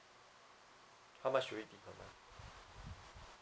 how much will it be